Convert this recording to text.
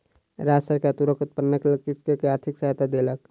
राज्य सरकार तूरक उत्पादनक लेल कृषक के आर्थिक सहायता देलक